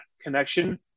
connection